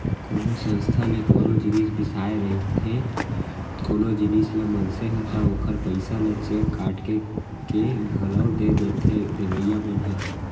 कोनो संस्था ले कोनो जिनिस बिसाए रहिथे कोनो जिनिस ल मनसे ह ता ओखर पइसा ल चेक काटके के घलौ दे देथे देवइया मन ह